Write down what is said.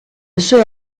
sue